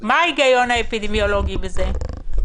מה ההיגיון האפידמיולוגי בזה?